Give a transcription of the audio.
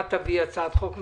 תביאי הצעת חוק ממשלתית.